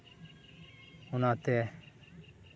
ᱚᱱᱟᱛᱮ